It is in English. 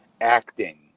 acting